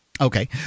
Okay